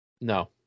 No